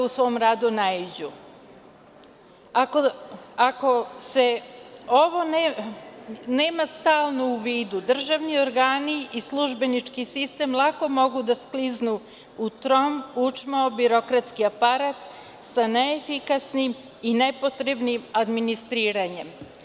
Ako se ovo nema stalno u vidu državni organi i službenički sistem lako mogu da skliznu u trom, učmao birokratski aparat sa neefikasnim i nepotrebnim administriranjem.